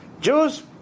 Jews